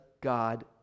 God